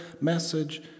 message